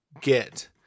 get